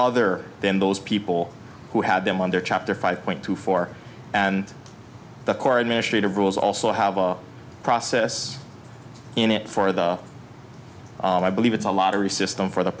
other than those people who had them on their chapter five point two four and the car administrative rules also have a process in it for them i believe it's a lottery system for the